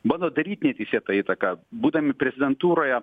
bando daryt neteisėtą įtaką būdami prezidentūroje